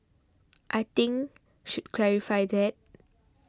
I think should clarify that